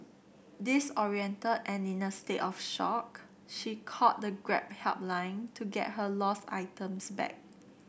disoriented and in a state of shock she called the Grab helpline to get her lost items back